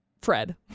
Fred